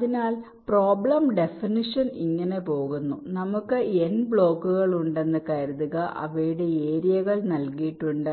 അതിനാൽ problem definition ഇങ്ങനെ പോകുന്നു നമുക്ക് n ബ്ലോക്കുകൾ ഉണ്ടെന്ന് കരുതുക അവയുടെ ഏരിയകൾ നൽകിയിട്ടുണ്ട്